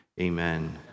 amen